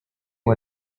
uwo